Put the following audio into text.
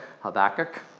Habakkuk